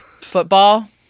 football